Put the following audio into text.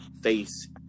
face